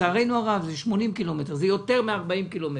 לצערנו הרב זה 80 קילומטר, זה יותר מ-40 קילומטר.